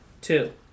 Two